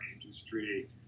industry